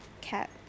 Cat